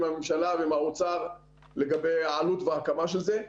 הממשלה ועם האוצר לגבי העלות וההקמה של זה.